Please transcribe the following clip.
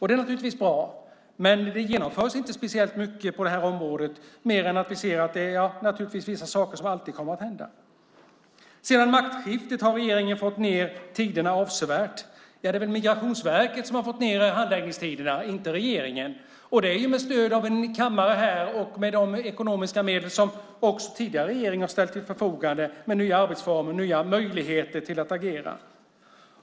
Det är naturligtvis bra, men det genomförs inte speciellt mycket på området mer än att vi ser att det finns vissa saker som alltid kommer att hända. Sedan maktskiftet har regeringen fått ned tiderna avsevärt, säger man. Det är väl Migrationsverket och inte regeringen som har fått ned handläggningstiderna. Det har skett med stöd av kammaren här och med de ekonomiska medel som också tidigare regering har ställt till förfogande. Det handlar om nya arbetsformer och nya möjligheter att agera.